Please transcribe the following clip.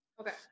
Okay